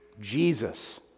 Jesus